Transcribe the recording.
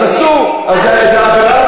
אז אסור, זאת עבירה על